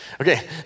Okay